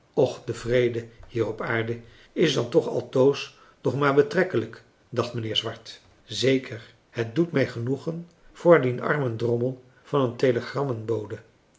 och de vrede hier op aarde is dan toch altoos nog maar betrekkelijk dacht mijnheer swart zeker het doet mij genoegen voor dien armen drommel van een telegrammenbode